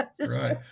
right